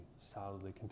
solidly